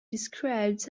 described